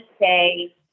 say